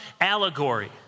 allegory